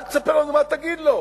אל תספר לנו מה תגיד לו.